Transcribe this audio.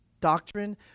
Doctrine